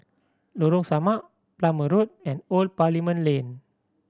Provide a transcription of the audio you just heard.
Lorong Samak Plumer Road and Old Parliament Lane